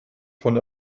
von